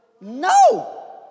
No